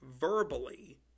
verbally